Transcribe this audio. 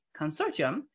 Consortium